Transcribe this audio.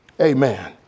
Amen